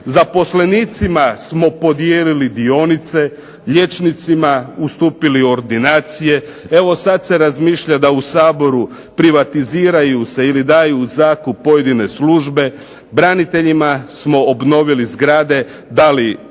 zaposlenicima smo podijelili dionice, liječnicima ustupili ordinacije. Evo sad se razmišlja da u Saboru privatiziraju se i li daju u zakup pojedine službe, braniteljima smo obnovili zgrade, dali